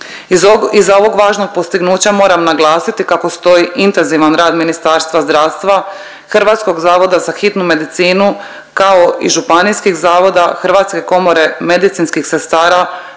Iza ovog važnog postignuća moram naglasiti kako stoji intenzivan rad Ministarstva zdravstva, Hrvatskog zavoda za hitnu medicinu kao i županijskih zavoda, Hrvatske komore medicinskih sestara,